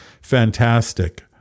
fantastic